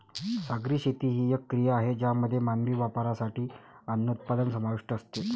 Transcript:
सागरी शेती ही एक क्रिया आहे ज्यामध्ये मानवी वापरासाठी अन्न उत्पादन समाविष्ट असते